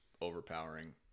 overpowering